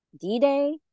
D-Day